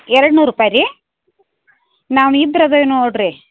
ಎರಡು ನೂರು ರೂಪಾಯಿ ರೀ ನಾವು ಇಬ್ರು ಇದೇವ್ ನೋಡಿರಿ